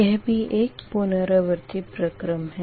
यह भी एक पुनरावृत्ति प्रक्रम है